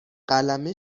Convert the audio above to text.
قلمه